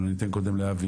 אבל אני אתן קודם לאבי,